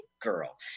girl